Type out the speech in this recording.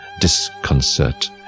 disconcert